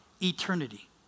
eternity